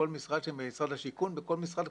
במשרד השיכון,